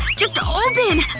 just open!